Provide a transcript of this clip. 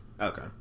Okay